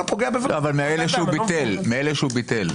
אבל מאלה שביטל.